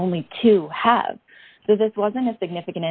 only to have so this wasn't as significant